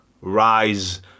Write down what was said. rise